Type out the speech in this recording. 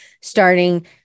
starting